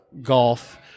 golf